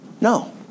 No